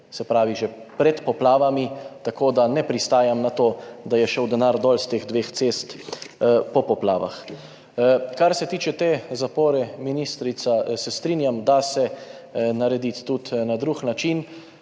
se pravi že pred poplavami. Tako da ne pristajam na to, da je šel denar s teh dveh cest dol po poplavah. Kar se tiče te zapore, ministrica, se strinjam, da se narediti tudi na drug način.